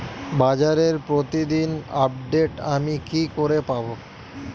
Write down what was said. বাজারের প্রতিদিন আপডেট আমি কি করে পাবো?